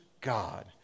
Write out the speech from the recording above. God